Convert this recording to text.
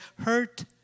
hurt